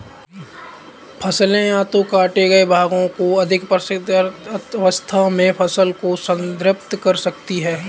फसलें या तो काटे गए भागों या अधिक परिष्कृत अवस्था में फसल को संदर्भित कर सकती हैं